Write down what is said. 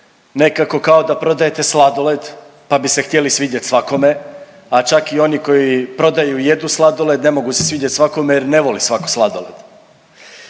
nekako kao da prodajete sladoled pa bi se htjeli svidjeti svakome, a čak i oni koji prodaju i jedu sladoled ne mogu se svidjeti svakome jer ne voli svako sladoled.